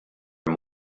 and